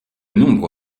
nombre